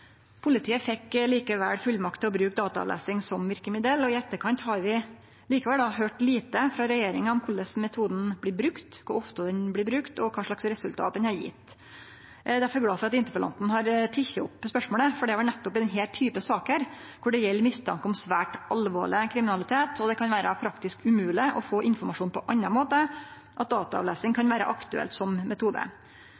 Politiet fekk likevel fullmakt til å bruke dataavlesing som verkemiddel. I etterkant har vi likevel høyrt lite frå regjeringa om korleis metoden blir brukt, kor ofte han blir brukt, og kva for resultat han har gjeve. Eg er derfor glad for at interpellanten har teke opp spørsmålet, for det er vel nettopp i denne typen saker, kor det gjeld mistanke om svært alvorleg kriminalitet og det kan vere praktisk umogleg å få informasjon på annan måte, at dataavlesing kan